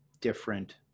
different